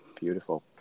Beautiful